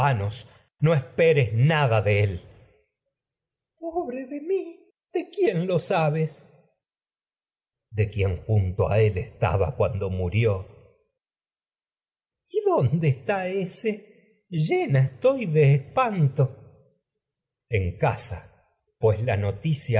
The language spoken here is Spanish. no esperes nada de él de mi de quién lo sabes crisótemis pobre electra de quien junto a crisótemis él estaba cuando murió es y dónde está ése llena estoy de panto electra en casa pues la noticia